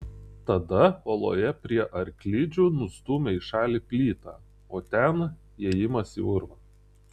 tada uoloje prie arklidžių nustūmė į šalį plytą o ten įėjimas į urvą